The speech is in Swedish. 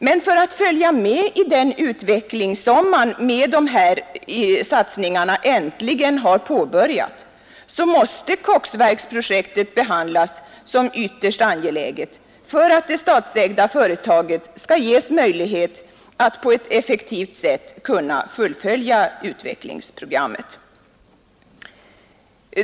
Men för att följa med i den utveckling, som man med dessa satsningar äntligen har påbörjat, så måste koksverksprojektet behandlas som ytterst angeläget för att det statsägda företaget skall ges möjlighet att på ett effektivt sätt kunna fullfölja utvecklingsprogrammet.